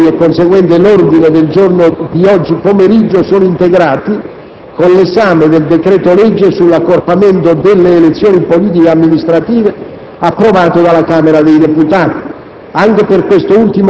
Il calendario dei lavori e conseguentemente l'ordine del giorno di oggi pomeriggio sono integrati con l'esame del decreto-legge sull'accorpamento delle elezioni politiche e amministrative, approvato della Camera dei deputati.